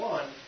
One